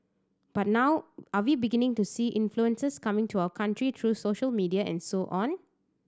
but now are we beginning to see influences coming to our country through social media and so on